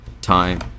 time